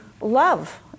Love